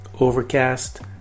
Overcast